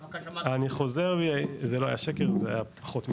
אני חוזר בי, זה לא היה שקר, זה היה פחות מזה.